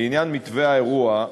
לעניין מתווה האירוע,